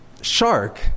Shark